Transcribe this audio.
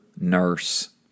nurse